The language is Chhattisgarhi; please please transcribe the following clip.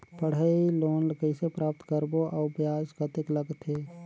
पढ़ाई लोन कइसे प्राप्त करबो अउ ब्याज कतेक लगथे?